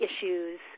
issues